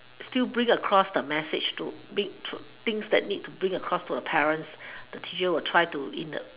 still bring across the message to big to things that need to bring across to the parents the teacher will try to in a